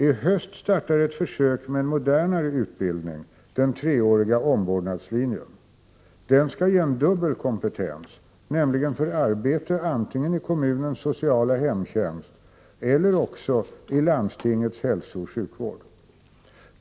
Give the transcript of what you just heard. I höst startar ett försök med en modernare utbildning — den treåriga omvårdnadslinjen. Den skall ge en dubbel kompetens, nämligen för arbete antingen i kommunens sociala hemtjänst eller också i landstingets hälsooch sjukvård.